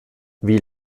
wie